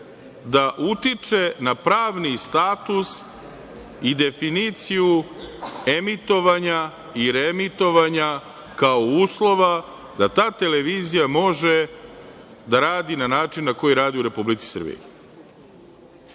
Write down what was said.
da utiče na pravni status i definiciju emitovanja i reemitovanja kao uslova da ta televizija može da radi na način na koji radi u Republici Srbiji. Da